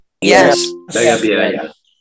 Yes